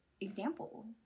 example